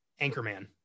Anchorman